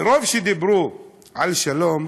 מרוב שדיברו על שלום,